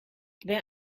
wer